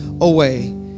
away